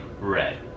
red